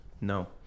No